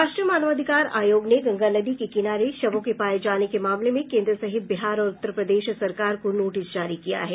राष्ट्रीय मानवाधिकार आयोग ने गंगा नदी के किनारे शवों के पाये जाने के मामले में केन्द्र सहित बिहार और उत्तर प्रदेश सरकार को नोटिस जारी किया है